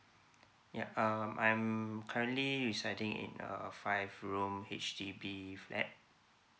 yeah um I'm currently residing in a a five room H_D_B flat